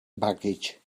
baggage